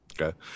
Okay